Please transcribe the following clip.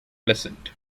pleasant